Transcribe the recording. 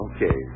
Okay